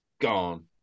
gone